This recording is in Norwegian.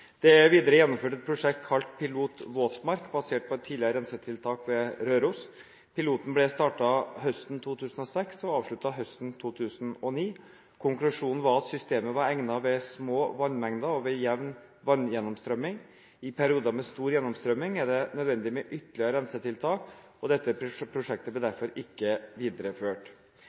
Det er videre gjennomført et prosjekt kalt «Pilotprosjekt – våtmark», basert på et tidligere rensetiltak ved Røros. Pilotprosjektet ble startet høsten 2006 og avsluttet høsten 2009. Konklusjonen var at systemet var egnet ved små vannmengder og ved jevn vanngjennomstrømning. I perioder med stor gjennomstrømning er det nødvendig med ytterligere rensetiltak, og dette prosjektet ble derfor ikke videreført.